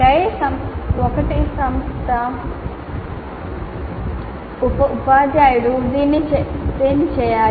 tyre 1 సంస్థ ఉపాధ్యాయుడు దీన్ని చేయాలి